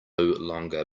longer